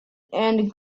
and